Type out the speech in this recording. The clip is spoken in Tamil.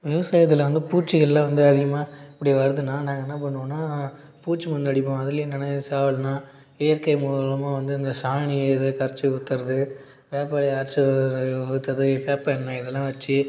விவசாயத்தில் வந்து பூச்சிகள்லான் வந்து அதிகமாக இப்படி வருதுன்னா நாங்கள் என்ன பண்ணுவோண்ணால் பூச்சி மருந்து அடிப்போம் அதில் என்னனால் ஏதும் சாவலைனால் இயற்கை மூலமாக வந்து இந்த சாணி இதை கரைத்து ஊற்றுறது வேப்பிலைய அரைத்து ஊற்றுறது வேப்ப எண்ணெய் இதல்லாம் வச்சு